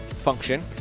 function